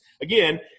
Again